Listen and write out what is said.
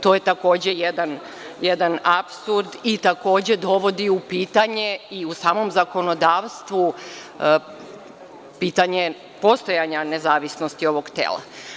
To je takođe jedan apsurd i takođe dovodi u pitanje i u samom zakonodavstvu pitanje postojanja nezavisnosti ovog tela.